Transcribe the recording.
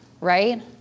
Right